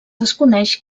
desconeix